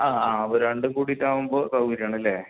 ആ ആ അപ്പോൾ രണ്ടും കൂടിയിട്ടാകുമ്പോൾ സൗകര്യം ആണല്ലെ